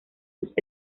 sus